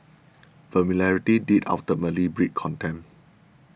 familiarity did ultimately breed contempt